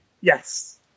Yes